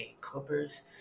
Clippers